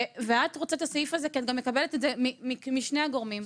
ואת רוצה את הסעיף הזה כי את מקבלת את זה משני הגורמים.